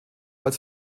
als